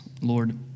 Lord